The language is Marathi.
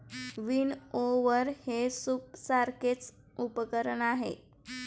विनओवर हे सूपसारखेच उपकरण आहे